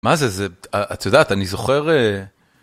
מה זה זה, את יודעת, אני זוכר.